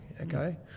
Okay